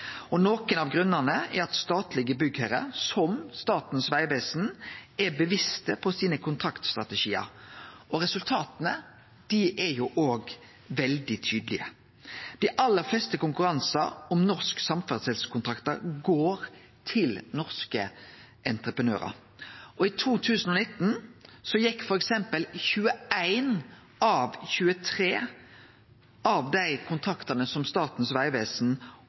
av grunnane er at statlege byggherrar, som Statens vegvesen, er bevisste på kontraktstrategiane sine. Resultata er òg veldig tydelege. Dei aller fleste konkurransar om norske samferdselskontraktar går til norske entreprenørar. I 2019 gjekk f.eks. 21 av 23 av Statens vegvesen og Nye Vegar AS sine kontraktar til det som